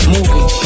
Moving